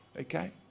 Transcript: Okay